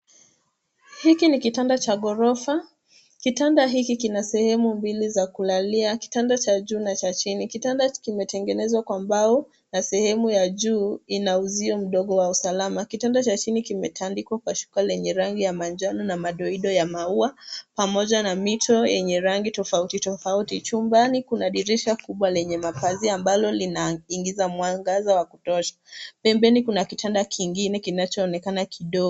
Hiki ni kitanda cha gorofa. Kitanda hiki kinasehemu mbele za kulalia kitanda cha juu na cha chini. Kitanda hiki kimetengenezwa kwa mbao na sehemu ya juu ianuzio mdogo wa usalama. Kitanda cha chini kimetadikwa kwa shuka lenye rangi ya manjano na madoido ya mauwa pamoja na mito yenye rangi tofauti tofauti. Chumbani kuna dirisha kubwa lenye mapazia ambalo linaingiza mwangaza wa kutosha